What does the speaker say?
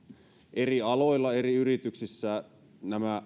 eri aloilla eri yrityksissä nämä